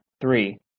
three